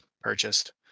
purchased